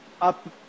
up